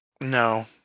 No